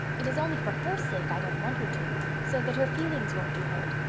it is only for her sake i don't want her to. so that her feelings won't be hurt.